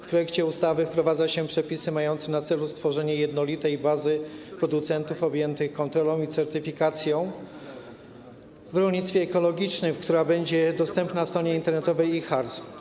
W projekcie ustawy wprowadza się przepisy mające na celu stworzenie jednolitej bazy producentów objętych kontrolą i certyfikacją w rolnictwie ekologicznym, która będzie dostępna na stronie internetowej IJHARS.